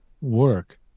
work